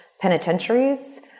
penitentiaries